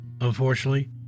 Unfortunately